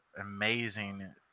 amazing